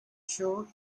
show